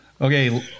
Okay